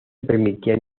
permitían